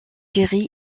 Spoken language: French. jerry